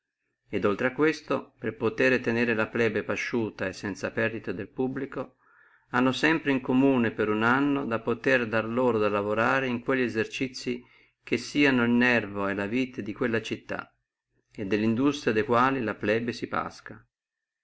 et oltre a questo per potere tenere la plebe pasciuta e sanza perdita del pubblico hanno sempre in comune per uno anno da potere dare loro da lavorare in quelli esercizii che sieno el nervo e la vita di quella città e delle industrie de quali la plebe pasca